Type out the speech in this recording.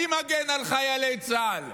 מי מגן על חיילי צה"ל,